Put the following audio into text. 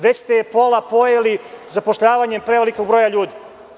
Već se pola pojeli zapošljavanjem prevelikog broja ljudi.